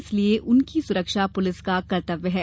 इसलिए उनकी सुरक्षा पुलिस का कर्तव्य है